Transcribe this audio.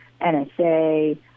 NSA